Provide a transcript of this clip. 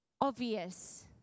obvious